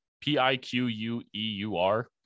p-i-q-u-e-u-r